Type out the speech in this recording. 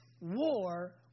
war